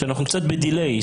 שאנחנו קצת בדיליי,